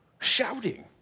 shouting